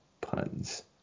puns